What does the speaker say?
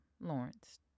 Lawrence